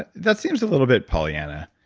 and that seems a little bit polly anna.